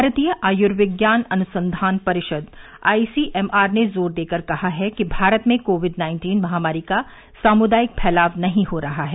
भारतीय आयुर्विज्ञान अनुसंधान परिषद आईसीएमआर ने जोर देकर कहा है कि भारत में कोविड नाइन्टीन महामारी का सामुदायिक फैलाव नहीं हो रहा है